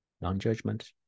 Non-judgment